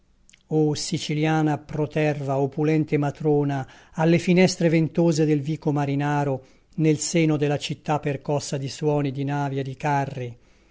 o siciliana proterva opulenta matrona a le finestre ventose del vico marinaro nel seno della città percossa di suoni di navi e di carri